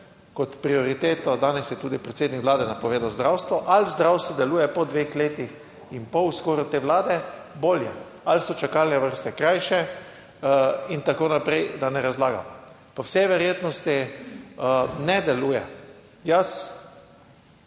kot prioriteto danes je tudi predsednik Vlade napovedal zdravstvo. Ali zdravstvo deluje po dveh letih in pol skoraj te Vlade bolje, ali so čakalne vrste krajše? In tako naprej, da ne razlagam. Po vsej verjetnosti ne deluje. Jaz